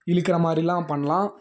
இழுக்கிற மாதிரிலாம் பண்ணலாம்